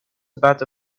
about